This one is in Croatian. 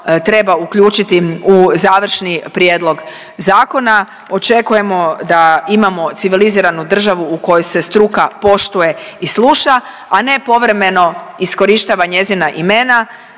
treba uključiti u završni prijedlog zakona. Očekujemo da imamo civiliziranu državu u kojoj se struka poštuje i sluša, a ne povremeno iskorištava njezina imena